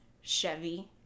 Chevy